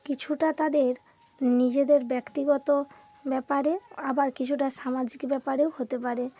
কিছুটা তাদের নিজেদের ব্যক্তিগত ব্যাপারে আবার কিছুটা সামাজিক ব্যাপারেও হতে পারে